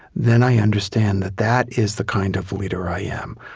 then i understand that that is the kind of leader i am.